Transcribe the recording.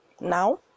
now